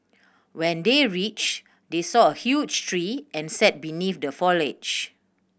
when they reached they saw a huge tree and sat beneath the foliage